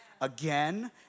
Again